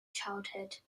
childhood